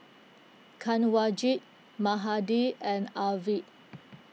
Kanwaljit Mahade and Arvind